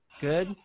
good